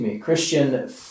Christian